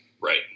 Right